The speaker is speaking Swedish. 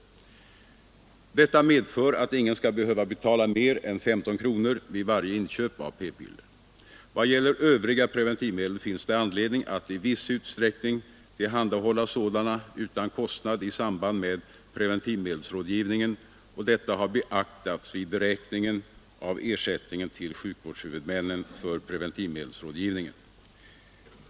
Detta medför att ingen skall behöva betala mer än 15 kronor vid varje inköp av p-piller. Vad gäller övriga preventivmedel finns det anledning att i viss utsträckning tillhandahålla sådana utan kostnad i samband med preventivmedelsrådgivningen, och detta har beaktats vid beräkningen av ersättningen till sjukvårdshuvudmännen för preventivmedelsrådgivningen.